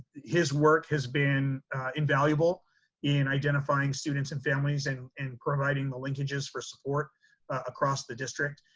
his work has been invaluable in identifying students and families and and providing the linkages for support across the district.